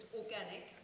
organic